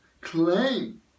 claim